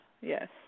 yes